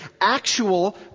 actual